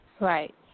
Right